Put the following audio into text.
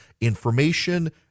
information